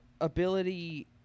ability